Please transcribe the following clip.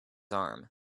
arm